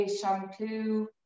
Shampoo